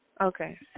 Okay